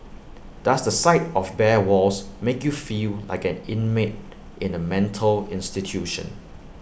does the sight of bare walls make you feel like an inmate in A mental institution